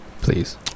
please